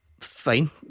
Fine